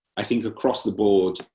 i think across the board,